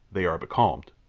they are becalmed.